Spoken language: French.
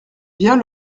vient